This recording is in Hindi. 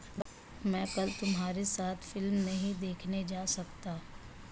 मैं कल तुम्हारे साथ फिल्म नहीं देखने जा सकता